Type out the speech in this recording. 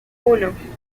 uno